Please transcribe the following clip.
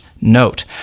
note